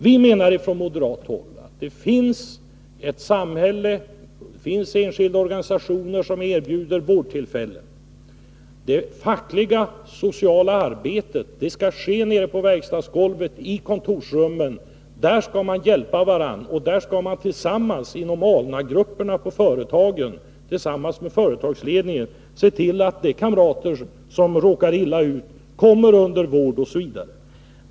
Vi menar från moderat håll att det finns ett samhälle och även enskilda organisationer som erbjuder vårdtillfällen. Det fackligt-sociala arbetet skall ske nere på verkstadsgolvet och i kontorsrummen. Där skall man hjälpa varandra, och där skall man tillsammans inom ALNA-grupperna på företagen, tillsammans med företagsledningen, se till att de kamrater som råkar illa ut kommer under vård.